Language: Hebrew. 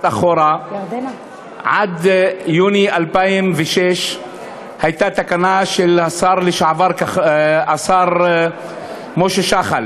אחורה: עד יוני 2006 הייתה תקנה של השר לשעבר משה שחל